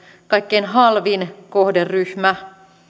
kaikkein halvin kohderyhmä